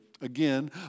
Again